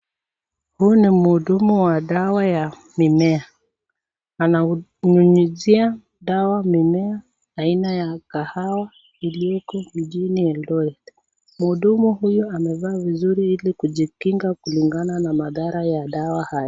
Huu ni mhuduma wa dawa ya mimea. Ananyunyizia dawa mimea aina ya kahawa iliyoko jijini Eldoret. Mhudumu huyo amevaa vizuri ili kujikinga kulingana na madhara ya dawa haya.